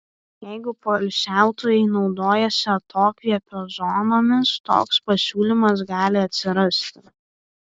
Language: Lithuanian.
jeigu poilsiautojai naudojasi atokvėpio zonomis toks pasiūlymas gali atsirasti